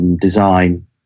design